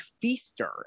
feaster